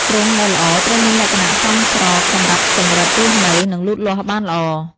ទ្រុងដែលល្អត្រូវមានលក្ខណៈសមស្របសម្រាប់ចង្រិតរស់នៅ និងលូតលាស់បានល្អ។